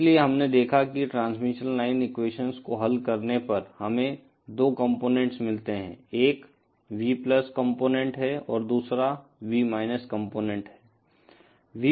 इसलिए हमने देखा कि ट्रांसमिशन लाइन एक्वेशन्स को हल करने पर हमें 2 कंपोनेंट्स मिलते हैं एक V कॉम्पोनेन्ट है और दूसरा V कॉम्पोनेन्ट है